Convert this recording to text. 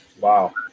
Wow